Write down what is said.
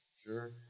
Sure